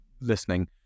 listening